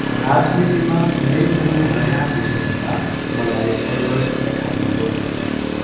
राजनीतिमा कुनै पनि नयाँ विषयमा मलाई अलर्ट पठाउनुहोस्